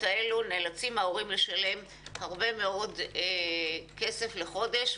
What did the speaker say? האלו נאלצים ההורים לשלם הרבה מאוד כסף לחודש.